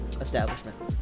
establishment